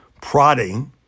prodding